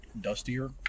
dustier